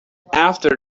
after